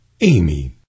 Amy